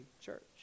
church